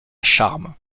charmes